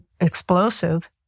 explosive